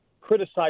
criticized